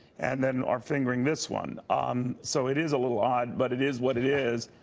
and then our fingering this one um so it is a little odd, but it is what it is.